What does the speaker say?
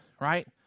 right